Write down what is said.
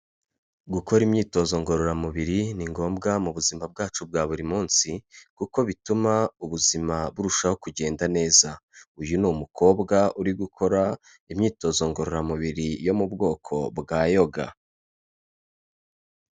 Gukora imyitozo ngororamubiri ni ngombwa mu buzima bwacu bwa buri munsi kuko bituma ubuzima burushaho kugenda neza, uyu ni umukobwa uri gukora imyitozo ngororamubiri yo mu bwoko bwa yoga.